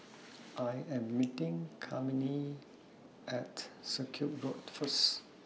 I Am meeting Kymani At Circuit Road First